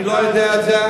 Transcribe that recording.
אני לא יודע את זה.